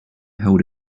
held